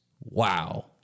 Wow